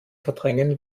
verdrängen